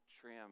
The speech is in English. trim